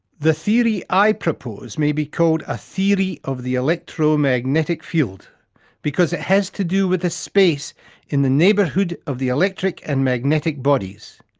the theory i propose may be called a theory of the electromagnetic field because it has to do with the space in the neighbourhood of the electric and magnetic bodies.